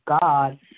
God